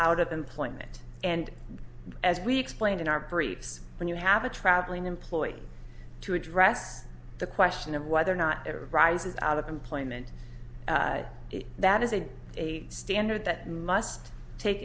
out of employment and as we explained in our briefs when you have a traveling employee to address the question of whether or not it rises out of employment that is a a standard that must take